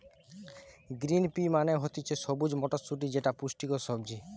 green pea মানে হতিছে সবুজ মটরশুটি যেটা পুষ্টিকর সবজি